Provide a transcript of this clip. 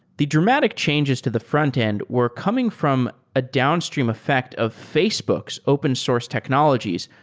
the dramatic changes to the frontend were coming from a downstream effect of facebook's open source technologies,